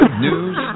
news